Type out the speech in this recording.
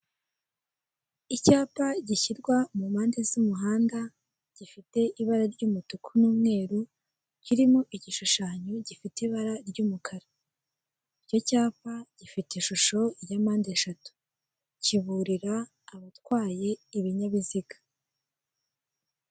Icyapa gishyirwa mu mpande z'umuhanda, gifite ibara ry'umutuku n'umweru, kirimo igishushanyo gifite ibara ry'umukara, icyo cyapa gifite ishusho ya mpande eshatu, kiburira abatwaye ibinyabiziga.